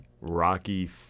Rocky